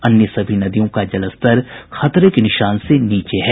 अन्य सभी नदियों का जलस्तर खतरे के निशान से नीचे है